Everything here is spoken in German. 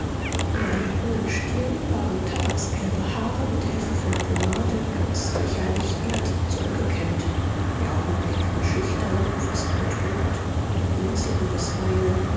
über der hohen stirn waren tabaksgelbe haare mit hilfe von pomade ganz lächerlich glatt zurückgekämmt die augen blickten schüchtern fast betrübt und blinzelten bisweilen